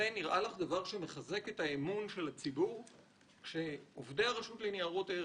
זה נראה לך דבר שמחזק את האמון של הציבור כשעובדי הרשות לניירות ערך,